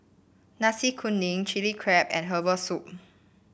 Nasi Kuning Chilli Crab and Herbal Soup